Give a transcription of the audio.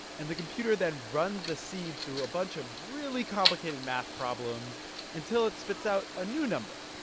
and the computer then runs the seed through a bunch of really complicated math problems until it spits out a new number.